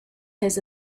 his